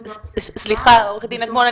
סליחה עו"ד אגמון,